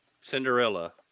Cinderella